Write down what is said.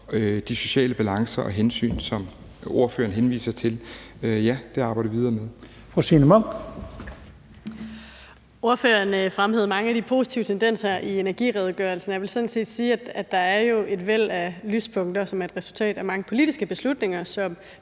de sociale balancer og hensyn, som ordføreren henviser til, og det arbejder vi videre med.